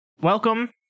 Welcome